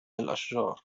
الأشجار